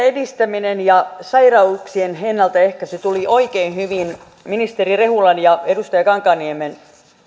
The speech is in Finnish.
edistäminen ja sairauksien ennaltaehkäisy tuli oikein hyvin ministeri rehulan ja edustaja kankaanniemen